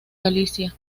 galicia